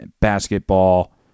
basketball